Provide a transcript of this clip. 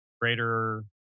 greater